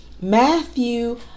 Matthew